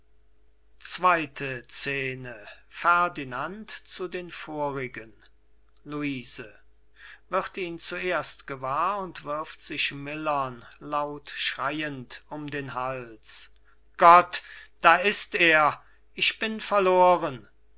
luise wird ihn zuerst gewahr und wirft sich millern laut schreiend um den hals gott da ist er ich bin verloren